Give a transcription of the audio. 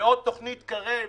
ועוד תוכנית קרב,